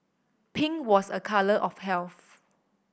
pink was a colour of health